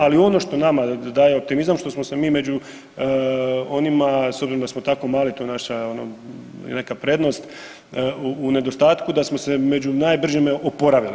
Ali ono što nama daje optimizam što smo mi među onima s obzirom da smo tako mali to je naša neka prednost u nedostatku da smo se među najbržima oporavili.